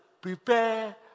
prepare